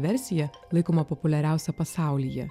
versija laikoma populiariausia pasaulyje